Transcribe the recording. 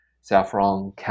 saffron